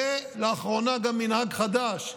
ולאחרונה גם מנהג חדש,